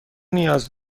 نیاز